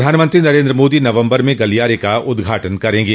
प्रधानमंत्री नरेन्द्र मोदी नवम्बर में इस गलियारे का उद्घाटन करेंगे